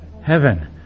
Heaven